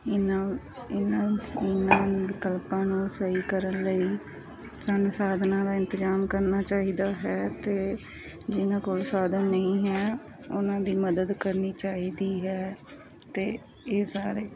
ਇਹਨਾਂ ਇਹਨਾਂ ਇਹਨਾਂ ਵਿਕਲਪਾਂ ਨੂੰ ਸਹੀ ਕਰਨ ਲਈ ਸਾਨੂੰ ਸਾਧਨਾਂ ਦਾ ਇੰਤਜ਼ਾਮ ਕਰਨਾ ਚਾਹੀਦਾ ਹੈ ਅਤੇ ਜਿਹਨਾਂ ਕੋਲ ਸਾਧਨ ਨਹੀਂ ਹੈ ਉਹਨਾਂ ਦੀ ਮਦਦ ਕਰਨੀ ਚਾਹੀਦੀ ਹੈ ਅਤੇ ਇਹ ਸਾਰੇ